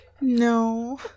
No